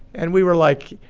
and we were like,